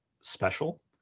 special